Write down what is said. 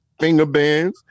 fingerbands